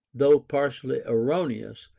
though partially erroneous,